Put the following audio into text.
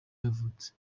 yavutse